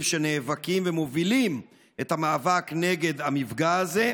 שנאבקים ומובילים את המאבק נגד המפגע הזה,